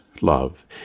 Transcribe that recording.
love